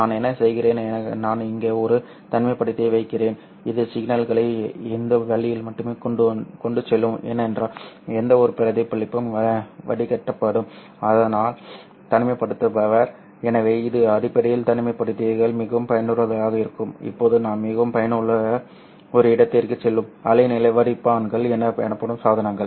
நான் என்ன செய்கிறேன் நான் இங்கே ஒரு தனிமைப்படுத்தியை வைக்கிறேன் இது சிக்னல்களை இந்த வழியில் மட்டுமே கொண்டு செல்லும் ஏனென்றால் எந்தவொரு பிரதிபலிப்பும் வடிகட்டப்படும் ஆனால் தனிமைப்படுத்துபவர் எனவே இது அடிப்படையில் தனிமைப்படுத்திகள் மிகவும் பயனுள்ளதாக இருக்கும் இப்போது நாம் மிகவும் பயனுள்ள ஒரு இடத்திற்கு செல்வோம் அலைநீள வடிப்பான்கள் எனப்படும் சாதனங்கள்